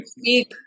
speak